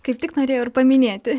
kaip tik norėjau ir paminėti